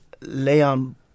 Leon